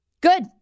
Good